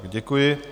Děkuji.